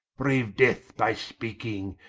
braue death by speaking,